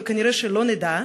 וכנראה לא נדע,